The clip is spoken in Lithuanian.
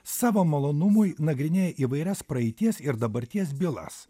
savo malonumui nagrinėja įvairias praeities ir dabarties bylas